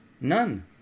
None